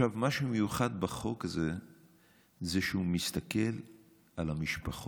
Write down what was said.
מה שמיוחד בחוק הזה זה שהוא מסתכל על המשפחות,